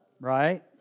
Right